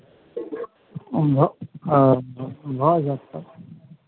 भऽ हँ भऽ जायत तऽ